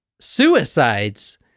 suicides